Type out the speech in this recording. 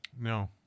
No